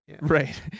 right